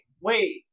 wait